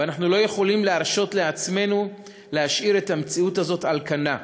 ואנחנו לא יכולים להרשות לעצמנו להשאיר את המציאות הזאת על כנה.